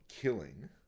killing